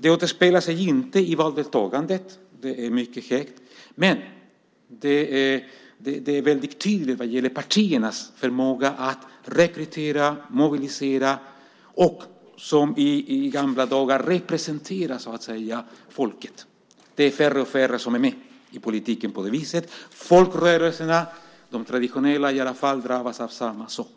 Det återspeglas inte i valdeltagandet, som är mycket högt, men det är tydligt när det gäller partiernas förmåga att rekrytera, mobilisera och - som i gamla dagar - representera folket. Det är allt färre som är med i politiken på det viset. Folkrörelserna, åtminstone de traditionella, drabbas av samma sak.